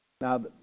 Now